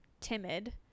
timid